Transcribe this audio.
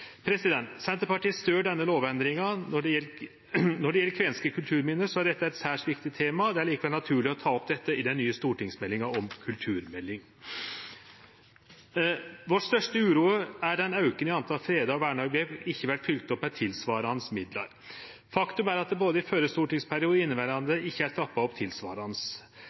Senterpartiet stør denne lovendringa. Når det gjeld kvenske kulturminne, er dette eit særs viktig tema. Det er likevel naturleg å ta opp dette i den nye stortingsmeldinga om kulturminnevern. Vår største uro er at auken i talet på freda, verna objekt ikkje vert fylgt opp med tilsvarande midlar. Faktum er at det både i førre stortingsperiode og i inneverande ikkje er trappa opp